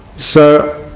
so